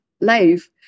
life